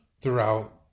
throughout